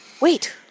Wait